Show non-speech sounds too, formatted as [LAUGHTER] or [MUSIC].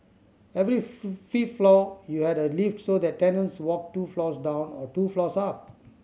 every [UNINTELLIGIBLE] fifth floor you had a lift so that tenants walked two floors down or two floors up